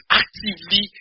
actively